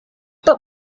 but